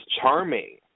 Charming